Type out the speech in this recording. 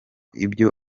ibyo